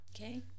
Okay